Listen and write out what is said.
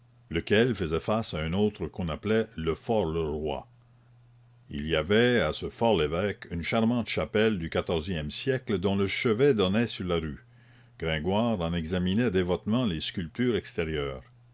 lequel faisait face à un autre qu'on appelait le for le roi il y avait à ce for lévêque une charmante chapelle du quatorzième siècle dont le chevet donnait sur la rue gringoire en examinait dévotement les sculptures extérieures